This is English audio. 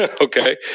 Okay